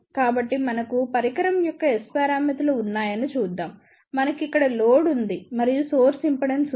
కాబట్టి మనకు పరికరం యొక్క S పారామితులు ఉన్నాయని చూద్దాం మనకు ఇక్కడ లోడ్ ఉంది మరియు సోర్స్ ఇంపిడెన్స్ ఉంది